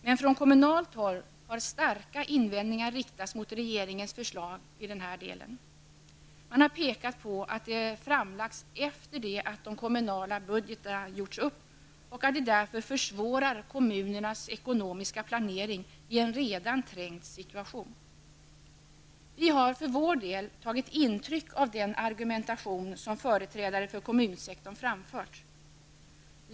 Men från kommunalt håll har starka invändningar riktats mot regeringens förslag i denna del. Man har pekat på att det har framlagts efter det att kommunala budgetar gjorts upp och att det därför försvårar kommunernas ekonomiska planering i en redan trängd situation. Vi har för vår del tagit intryck av den argumentation som företrädare för kommunsektorn har framfört.